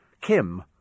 Kim